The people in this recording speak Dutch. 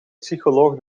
psycholoog